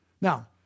Now